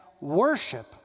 worship